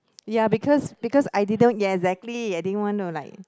ya because because I didn't ya exactly I didn't want to like